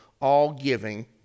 all-giving